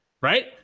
right